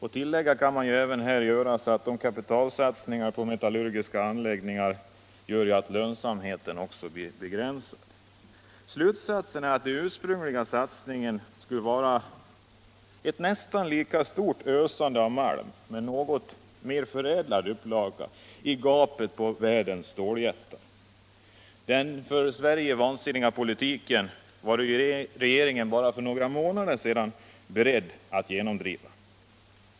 Här kan också tilläggas att de kapitalsatsningar som krävs på metallurgiska anläggningar gör att lönsamheten blir mycket begränsad. Slutsatsen är att den ursprungliga satsningen skulle ha varit ett nästan lika stort ösande av malm, men i något förädlad upplaga, i gapet på världens ståljättar. Den för Sverige vansinniga politiken var regeringen för bara några månader sedan beredd att genomdriva.